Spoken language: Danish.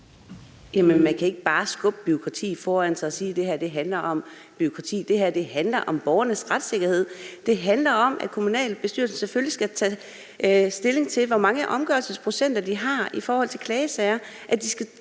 Man kan ikke bare skubbe bureaukratiet foran sig og sige, at det her handler om bureaukrati. Det her handler om borgernes retssikkerhed. Det handler om, at kommunalbestyrelsen selvfølgelig skal tage stilling til, hvor mange omgørelser de har i forhold til antallet